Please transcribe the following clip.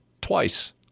twice